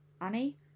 Annie